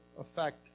effect